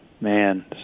man